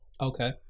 Okay